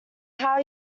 how